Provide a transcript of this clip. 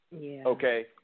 Okay